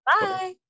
Bye